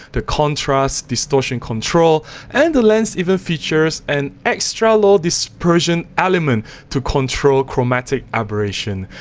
the contrast distortion control and the lens even features an extra low dispersion element to control chromatic aberration,